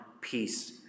peace